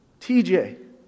TJ